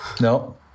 No